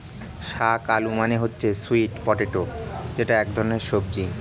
শাক আলু মানে হচ্ছে স্যুইট পটেটো যেটা এক ধরনের সবজি